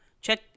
check